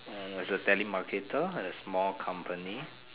as a telemarketer in a small company